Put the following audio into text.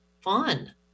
fun